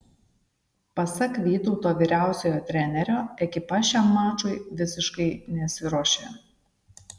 pasak vytauto vyriausiojo trenerio ekipa šiam mačui visiškai nesiruošė